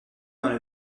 dans